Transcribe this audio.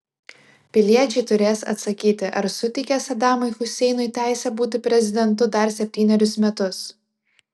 piliečiai turės atsakyti ar suteikia sadamui huseinui teisę būti prezidentu dar septynerius metus